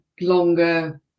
longer